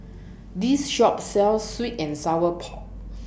This Shop sells Sweet and Sour Po